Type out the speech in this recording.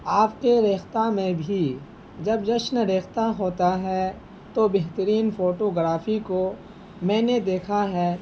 آپ کے ریختہ میں بھی جب جشن ریختہ ہوتا ہے تو بہترین فوٹو گرافی کو میں نے دیکھا ہے